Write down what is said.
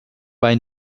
bei